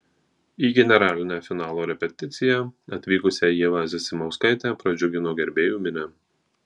į generalinę finalo repeticiją atvykusią ievą zasimauskaitę pradžiugino gerbėjų minia